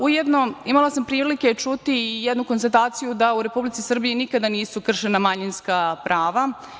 Ujedno imala sam prilike čuti i jednu konstataciju da u Republici Srbiji nikada nisu krešena manjinska prava.